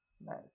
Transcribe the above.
Nice